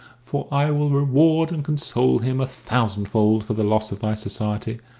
for i will reward and console him a thousandfold for the loss of thy society.